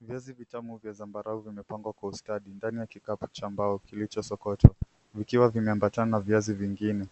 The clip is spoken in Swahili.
viazi vitamu vya Sambarau vimepangwa kwa ustadi ndani ya kikapu cha mbao kilichosokotwa vikiwa vime ampatana na viazi vingine